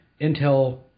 Intel